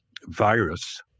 virus